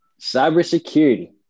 Cybersecurity